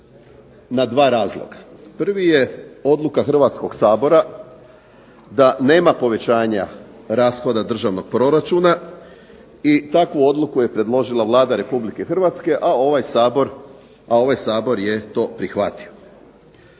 na dva razloga. Prvi je odluka Hrvatskog sabora da nema povećanja rashoda državnog proračuna i takvu odluku je predložila Vlada Republike Hrvatske, a ovaj Sabor je to prihvatio.